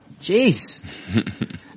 Jeez